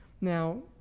Now